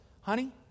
Honey